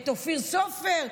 את אופיר סופר,